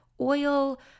oil